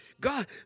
God